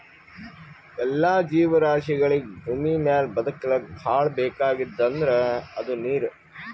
ಎಲ್ಲಾ ಜೀವರಾಶಿಗಳಿಗ್ ಭೂಮಿಮ್ಯಾಲ್ ಬದಕ್ಲಕ್ ಭಾಳ್ ಬೇಕಾಗಿದ್ದ್ ಅಂದ್ರ ಅದು ನೀರ್